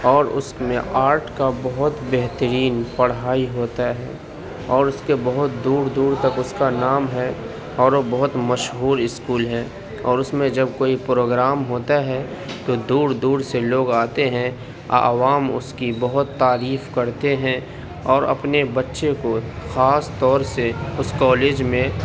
اور اس میں آرٹ کا بہت بہترین پڑھائی ہوتا ہے اور اس کے بہت دور دور تک اس کا نام ہے اور وہ بہت مشہور اسکول ہے اور اس میں جب کوئی پروگرام ہوتا ہے تو دور دور سے لوگ آتے ہیں عوام اس کی بہت تعریف کرتے ہیں اور اپنے بچے کو خاص طور سے اس کالج میں